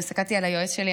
הסתכלתי על היועץ שלי,